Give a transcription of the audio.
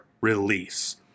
release